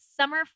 summer